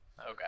Okay